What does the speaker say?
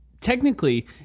Technically